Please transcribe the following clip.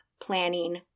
planning